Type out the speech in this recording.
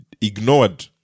ignored